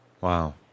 Wow